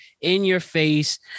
in-your-face